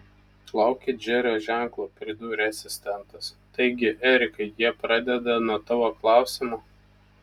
laukit džerio ženklo pridūrė asistentas taigi erikai jie pradeda nuo tavo klausimo